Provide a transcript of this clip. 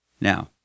Now